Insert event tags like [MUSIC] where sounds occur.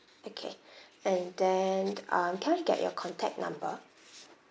okay [BREATH] and then um can I get your contact number